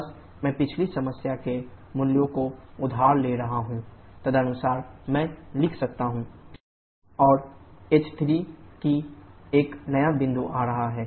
बस मैं पिछली समस्या से मूल्यों को उधार ले रहा हूं तदनुसार मैं लिख सकता हूं h128008 kJkg h2179973 kJkg और h3 कि एक नया बिंदु आ रहा है